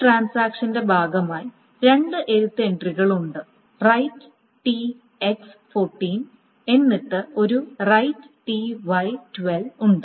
ഈ ട്രാൻസാക്ഷന്റെ ഭാഗമായി രണ്ട് എഴുത്ത് എൻട്രികൾ ഉണ്ട് എഴുതുക T x 14 എന്നിട്ട് ഒരു എഴുതുക T y 12 ഉണ്ട്